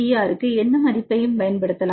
ஆருக்கு எந்த மதிப்பையும் பயன்படுத்தலாம்